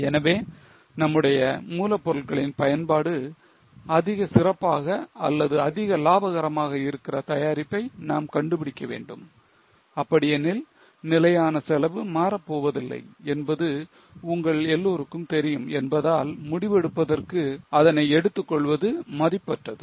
எனவே நம்முடைய மூலப் பொருட்களின் பயன்பாடு அதிக சிறப்பாக அல்லது அதிக லாபகரமாக இருக்கிற தயாரிப்பை நாம் கண்டுபிடிக்க வேண்டும் அப்படியெனில் நிலையான செலவு மாறப் போவதில்லை என்பது உங்கள் எல்லோருக்கும் தெரியும் என்பதால் முடிவெடுப்பதற்கு அதனை எடுத்துக்கொள்வது மதிப்பு அற்றது